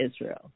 Israel